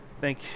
thank